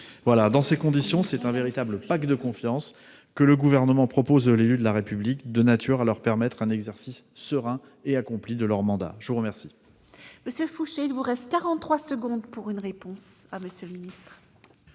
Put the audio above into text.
d'État. Dans ces conditions, c'est un véritable pacte de confiance que le Gouvernement propose aux élus de la République, de nature à leur permettre un exercice serein et accompli de leur mandat. La parole